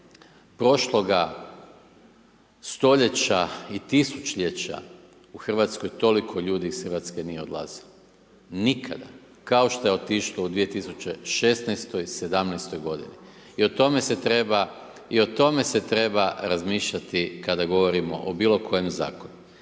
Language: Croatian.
prošloga stoljeća i tisućljeća u Hrvatskoj, toliko ljudi iz Hrvatske nije odlazilo. Nikada, kao što je otišlo u 2016., 2017. g. I o tome se treba razmišljati kada govorimo o bilo kojem zakonu.